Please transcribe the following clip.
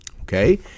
Okay